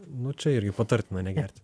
nu čia irgi patartina negerti